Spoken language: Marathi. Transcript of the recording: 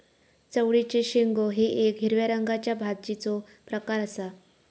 चवळीचे शेंगो हे येक हिरव्या रंगाच्या भाजीचो प्रकार आसा